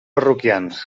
parroquians